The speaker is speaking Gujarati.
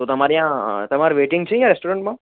તો તમારે ત્યાં તમારે વેટિંગ છે ત્યાં રેસ્ટોરન્ટમાં